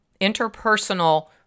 interpersonal